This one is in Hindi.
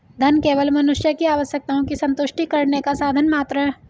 धन केवल मनुष्य की आवश्यकताओं की संतुष्टि करने का साधन मात्र है